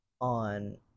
on